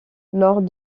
lors